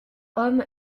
homme